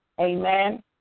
Amen